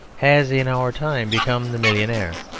has in our time become the millionaire,